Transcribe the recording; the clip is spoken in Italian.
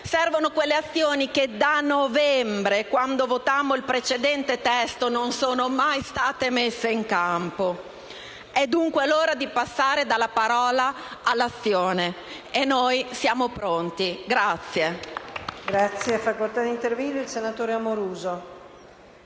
Servono quelle azioni che, dallo scorso novembre, quando votammo il precedente testo, non sono mai state messe in campo. È dunque l'ora di passare dalla parola all'azione: noi siamo pronti.